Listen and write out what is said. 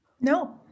No